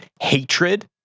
hatred